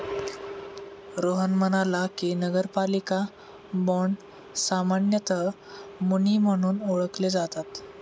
रोहन म्हणाले की, नगरपालिका बाँड सामान्यतः मुनी म्हणून ओळखले जातात